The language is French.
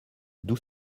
d’où